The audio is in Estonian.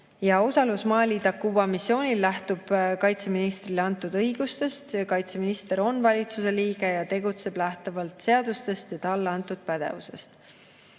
Ja osalus Mali Takuba missioonil lähtub kaitseministrile antud õigustest. Kaitseminister on valitsuse liige ja tegutseb lähtuvalt seadustest ja talle antud pädevusest.